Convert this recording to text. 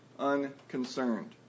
Unconcerned